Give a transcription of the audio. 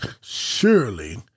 Surely